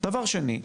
דבר שני,